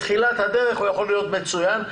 בתחילת הדרך הוא יכול להיות מצוין,